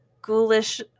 ghoulish